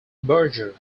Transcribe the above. berger